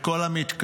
את כל המתקנים.